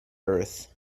earth